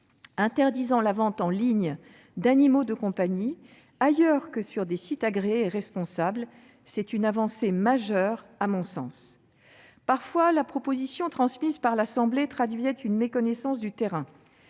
interdire la vente en ligne d'animaux de compagnie ailleurs que sur des sites agréés et responsables. À mon sens, c'est une avancée majeure. Parfois, la proposition transmise par l'Assemblée nationale traduisait une méconnaissance du terrain.